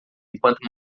enquanto